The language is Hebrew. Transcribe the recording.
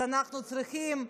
אז אנחנו צריכים,